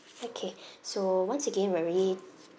okay so once again we're really